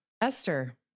Esther